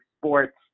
sports